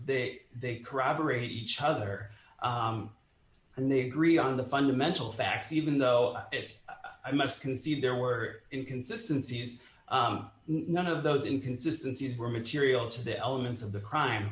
that they corroborate each other and they agree on the fundamental facts even though i must concede there were inconsistency is none of those inconsistency for material to the elements of the crime